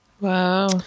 Wow